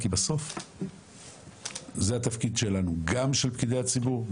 כי בסוף זה התפקיד שלנו גם של פקידי הציבור,